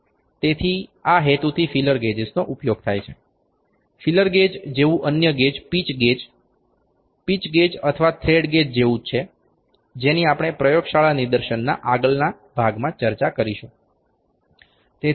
તેથી આ હેતુથી ફીલર ગેજનો ઉપયોગ થાય છે ફીલર ગેજ જેવું અન્ય gauge pitch gauge pitch gauge અથવા થ્રેડ ગેજ જેવું છે જેની આપણે પ્રયોગશાળા નિદર્શનના આગળના ભાગમાં ચર્ચા કરીશુ